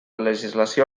legislació